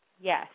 Yes